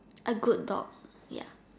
a good dog ya